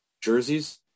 jerseys